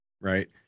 right